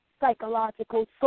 psychological